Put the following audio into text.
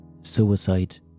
suicide